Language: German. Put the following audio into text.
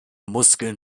muskeln